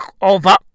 Over